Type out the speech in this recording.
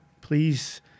please